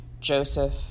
Joseph